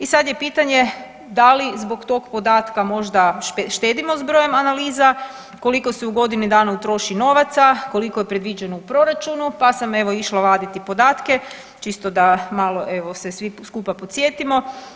I sad je pitanje da li zbog tog podatka možda štedimo s brojem analiza, koliko se u godini dana utroši novaca, koliko je predviđeno u proračunu, pa sam evo išla vaditi podatke čisto da malo evo se svi skupa podsjetimo.